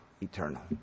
eternal